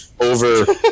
over